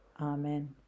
Amen